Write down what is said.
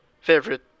favorite